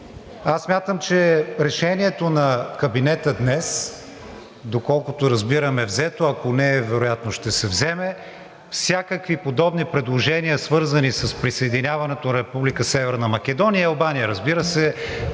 Аз смятам, че решението на кабинета днес, доколкото разбирам, е взето – ако не е, вероятно ще се вземе, всякакви подобни предложения, свързани с присъединяването на Република Северна Македония и Албания, разбира се,